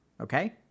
Okay